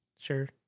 Sure